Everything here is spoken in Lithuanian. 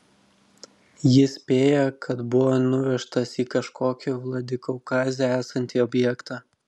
jis spėja kad buvo nuvežtas į kažkokį vladikaukaze esantį objektą